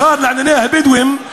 השר לענייני הבדואים,